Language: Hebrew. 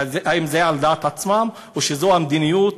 האם זה על דעת עצמם, או שזו המדיניות